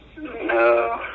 No